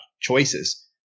choices